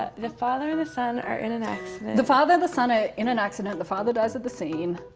ah the father and the son are in an accident. the father and the son are in an accident. the father dies at the scene.